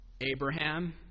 Abraham